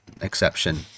exception